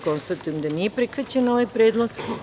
Konstatujem da nije prihvaćen ovaj predlog.